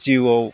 जिउआव